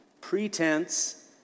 Pretense